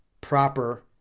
proper